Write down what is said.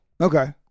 Okay